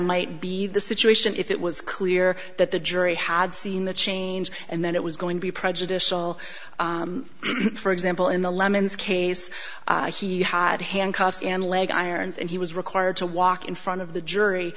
might be the situation if it was clear that the jury had seen the change and then it was going to be prejudicial for example in the lemans case he had handcuffs and leg irons and he was required to walk in front of the jury